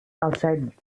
outside